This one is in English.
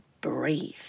breathe